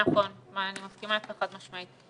נכון, אני מסכימה איתך חד משמעית.